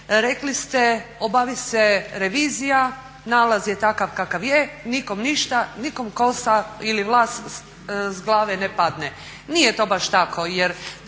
rekli ste obavi se revizija, nalaz je takav kakav je, nikom ništa, nikom kosa ili vlas s glave ne padne. Nije to baš tako,